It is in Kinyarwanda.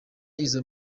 izo